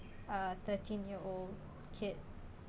a thirteen year old kid